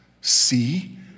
see